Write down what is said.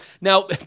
Now